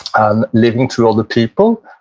and living through other people,